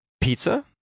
pizza